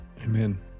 Amen